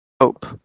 hope